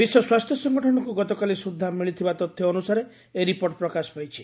ବିଶ୍ୱ ସ୍ୱାସ୍ଥ୍ୟ ସଙ୍ଗଠନକୁ ଗତକାଲି ସୁଦ୍ଧା ମିଳିଥିବା ତଥ୍ୟ ଅନୁସାରେ ଏହି ରିପୋର୍ଟ ପ୍ରକାଶ ପାଇଛି